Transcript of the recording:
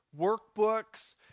workbooks